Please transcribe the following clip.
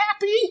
happy